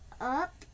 up